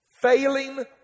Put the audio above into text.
failing